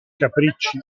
capricci